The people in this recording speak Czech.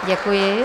Děkuji.